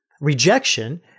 Rejection